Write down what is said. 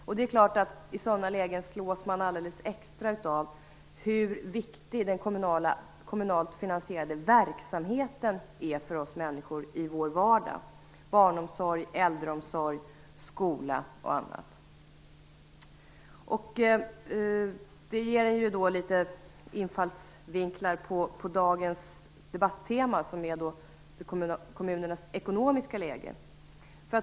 I sådana lägen slås man naturligtvis alldeles extra av hur viktig den kommunalt finansierade verksamheten är för oss människor i vår vardag, med barnomsorg, äldreomsorg, skola och annat. Detta ger några infallsvinklar på dagens debattema, som är kommunernas ekonomiska läge.